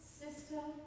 system